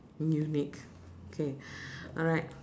unique K alright